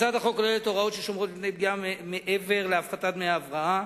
הצעת החוק כוללת הוראות ששומרות מפני פגיעה מעבר להפחתת דמי ההבראה,